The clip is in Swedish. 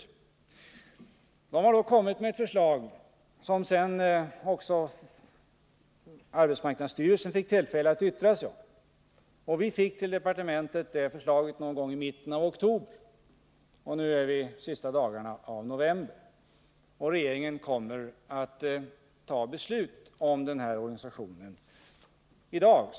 Kommittén har kommit med ett förslag, som arbetsmarknadsstyrelsen också fått tillfälle att yttra sig om. Förslaget gick till departementet någon gång i mitten av oktober, och nu är det sista dagarna av november. Regeringen kommer att fatta beslut om den här organisationen i dag.